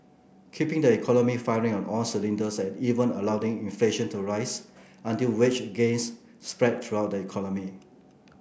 keeping the economy firing on all cylinders and even allowing inflation to rise until wage gains spread throughout the economy